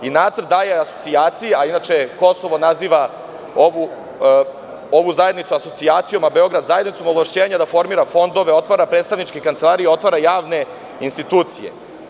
A nacrt daje asocijacija, a inače Kosovo naziva ovu zajednicu asocijacijom a Beograd zajednicom, ovlašćenja da formira fondove, otvara predstavničke kancelarije i otvara javne institucije.